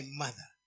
mother